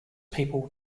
people